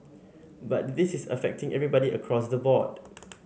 but this is affecting everybody across the board